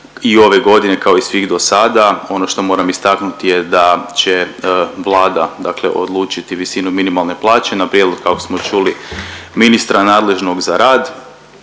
i ove godine kao i svih do sada, ono što moram istaknuti je da će Vlada dakle odlučiti visinu minimalne plaće, na prijedlog, kako smo čuli ministra nadležnog za rad